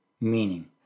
meaning